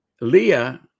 Leah